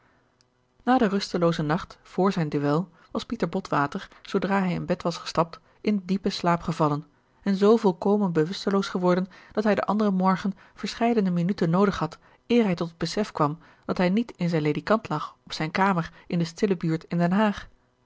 na den rusteloozen nacht vr zijn duel was pieter botwater zoodra hij in bed was gestapt in diepen slaap gevallen en zoo volkomen bewusteloos geworden dat hij den anderen morgen verscheidene minuten noodig had eer hij tot het besef kwam dat hij niet in zijn ledikant lag op zijne kamer in de stille buurt in den haag